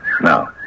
Now